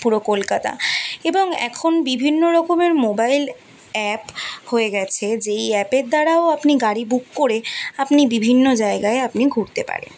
পুরো কলকাতা এবং এখন বিভিন্ন রকমের মোবাইল অ্যাপ হয়ে গিয়েছে যেই অ্যাপের দ্বারাও আপনি গাড়ি বুক করে আপনি বিভিন্ন জায়গায় আপনি ঘুরতে পারেন